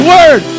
Word